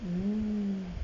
hmm